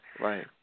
Right